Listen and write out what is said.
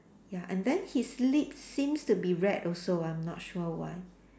ya and then his lips seems to be red also I'm not sure why